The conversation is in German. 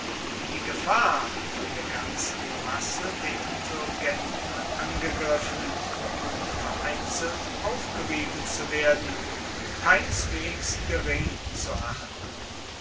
die gefahr von der ganzen masse der insurgenten angegriffen und vereinzelt aufgerieben zu werden keineswegs gering zu achten